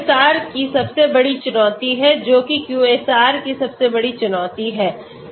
तो यह QSAR की सबसे बड़ी चुनौती है जो कि QSAR की सबसे बड़ी चुनौती है